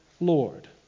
Lord